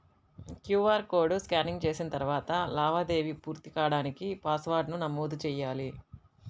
QR code scanning చేసిన తరువాత లావాదేవీ పూర్తి కాడానికి పాస్వర్డ్ను నమోదు చెయ్యాలి